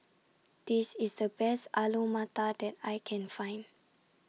This IS The Best Alu Matar that I Can Find